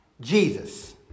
Jesus